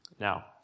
Now